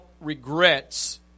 regrets